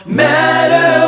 matter